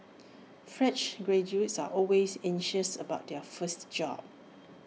fresh graduates are always anxious about their first job